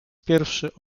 pierwszy